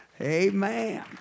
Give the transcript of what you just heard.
Amen